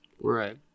Right